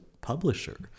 publisher